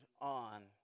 on